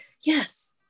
Yes